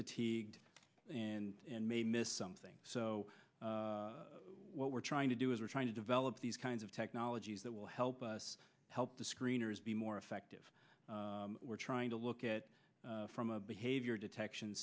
fatigued and may miss something so what we're trying to do is we're trying to develop these kinds of technologies that will help us help the screeners be more effective we're trying to look at from a behavior detection